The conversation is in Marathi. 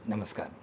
नमस्कार